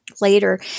later